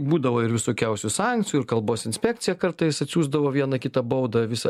būdavo ir visokiausių sankcijų ir kalbos inspekcija kartais atsiųsdavo vieną kitą baudą visą